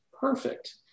perfect